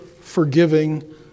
forgiving